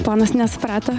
ponas nesuprato